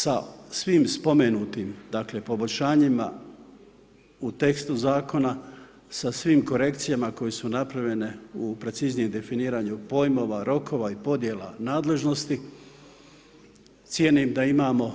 Sa svim spomenutim, dakle, poboljšanjima u tekstu zakona sa svim korekcijama koje su napravljene u preciznijem definiranju pojmova, rokova i podjela nadležnosti, cijenim da imamo